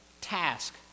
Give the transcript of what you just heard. task